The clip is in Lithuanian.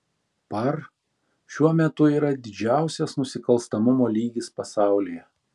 par šiuo metu yra didžiausias nusikalstamumo lygis pasaulyje